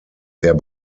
der